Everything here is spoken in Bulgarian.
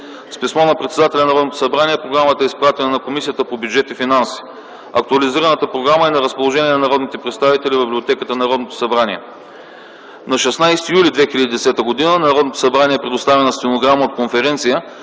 С писмо на председателя на Народното събрание програмата е изпратена на Комисията по бюджет и финанси. Актуализираната програма е на разположение на народните представители в Библиотеката на Народното събрание. На 16 юли 2010 г. в Народното събрание е предоставена стенограма от конференция,